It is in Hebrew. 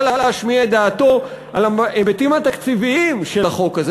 להשמיע את דעתו על ההיבטים התקציביים של החוק הזה,